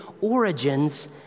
Origins